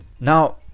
Now